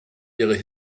ihre